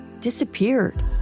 disappeared